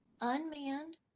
Unmanned